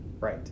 Right